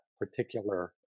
particular